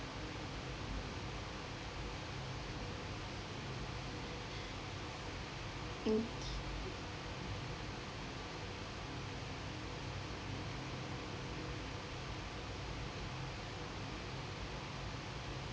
okay